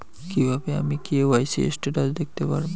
কিভাবে আমি KYC status দেখতে পারবো?